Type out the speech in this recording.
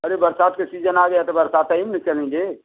अरे बरसात के सीजन आ गया है तो बरसात ही में न चलेंगे